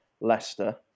Leicester